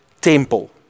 temple